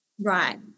Right